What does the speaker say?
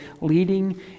leading